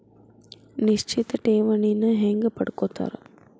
ನಿಶ್ಚಿತ್ ಠೇವಣಿನ ಹೆಂಗ ಪಡ್ಕೋತಾರ